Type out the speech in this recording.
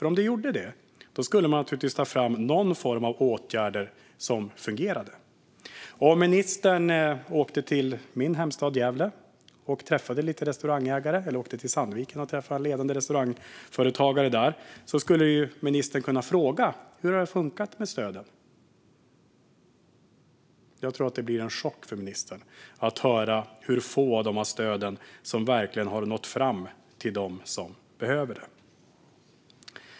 Om det gjorde det skulle man naturligtvis ta fram någon form av åtgärder som fungerar. Om ministern åkte till min hemstad Gävle och träffade några restaurangägare eller till Sandviken och träffade ledande restaurangföretagare där skulle ministern kunna fråga hur det har fungerat med stöden. Jag tror att det skulle bli en chock för ministern att höra hur få av stöden som verkligen har nått fram till dem som behöver det.